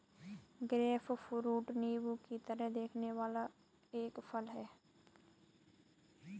grapefruit नींबू की तरह दिखने वाला एक फल है